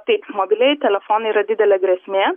taip mobilieji telefonai yra didelė grėsmė